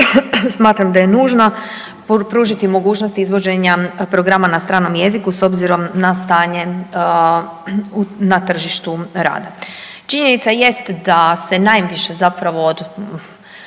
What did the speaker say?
smatram da je nužno pružiti mogućnost izvođenja programa na stranom jeziku s obzirom na stanje na tržištu rada. Činjenica jest da se najviše zapravo od